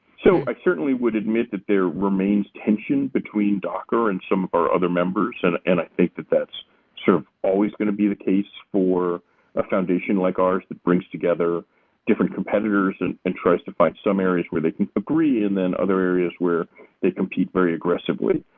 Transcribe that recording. so i certainly would admit that there remains tension between docker and some of our other members and and i think that that's sort of always going to be the case for a foundation like ours that brings together different competitors and and tries to find some areas where they can agree and then other areas where they compete very aggressively.